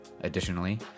Additionally